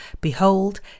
Behold